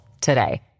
today